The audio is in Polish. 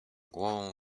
głową